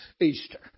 Easter